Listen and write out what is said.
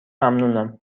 ممنونم